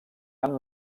amb